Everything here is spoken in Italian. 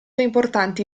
importanti